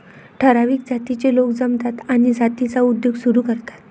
ठराविक जातीचे लोक जमतात आणि जातीचा उद्योग सुरू करतात